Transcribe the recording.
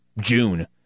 June